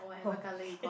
oh okay